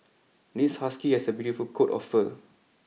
this husky has a beautiful coat of fur